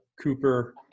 Cooper